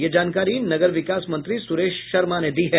ये जानकारी नगर विकास मंत्री सुरेश शर्मा ने दी है